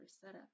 setup